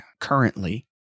currently